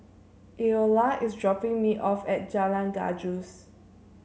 Eola is dropping me off at Jalan Gajus